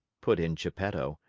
put in geppetto,